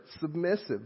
submissive